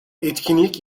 etkinlik